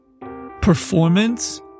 performance